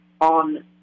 on